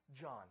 John